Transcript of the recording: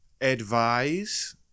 advise